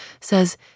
says